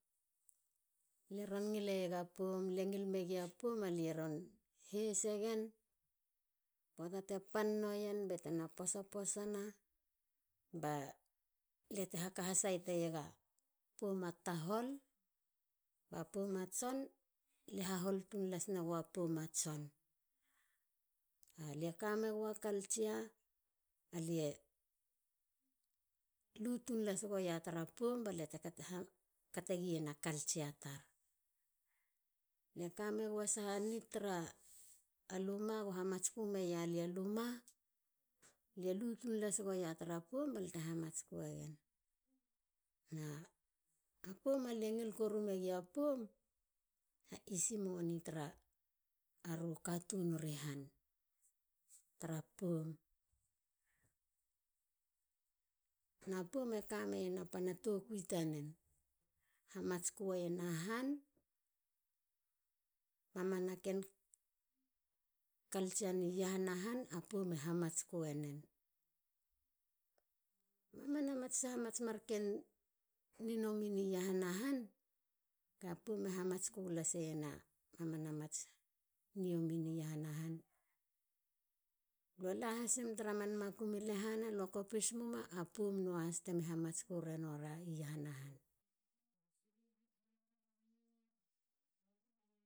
Lie ron ngileiega poum lie ron ngil megen alia ron heis e gen. poata te pan nuen batena posa posa na. ba lia te haka ha sait eiega poum a tahol ba poum a tson lie hahol tun las nagua poum a tson. Alie kamegua culture lie lu tun las go tara poum balia alia te kate gen a culture tar. Lie kamegua saha need tara luma go hamatsku meia lia luma. lie lu tun las go tara poum balia te hamatskuegen. na a poum a lia ngil koru mega poum. a easy moni tara aru katun ri han tara poum. na poum e kameiena pana tokui tanen. hamatskueiena han. mamana ken culture ni iahana han. poum e hamatskuenen. Mamana ninomi ni iahana han. lue lahasim tra man makum lehana. poum nua has temi hamatskue nuen